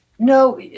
no